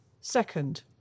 Second